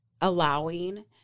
allowing